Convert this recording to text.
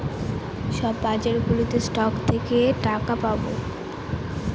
সব বাজারগুলোতে স্টক থেকে টাকা পাবো